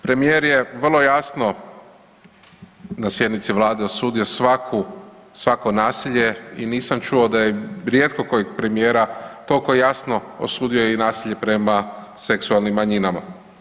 Premijer je vrlo jasno na sjednici vlade osudio svako nasilje i nisam čuo da je, rijetko kojeg premijera tolko jasno osudio i nasilje prema seksualnim manjinama.